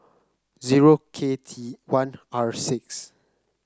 zero K T one R six